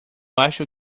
acho